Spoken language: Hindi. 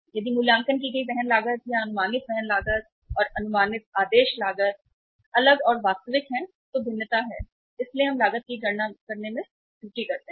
यदि मूल्यांकन की गई वहन लागत या अनुमानित वहन लागत और अनुमानित आदेश लागत अलग और वास्तविक हैं तो भिन्नता है इसलिए लागत की गणना करने में त्रुटि है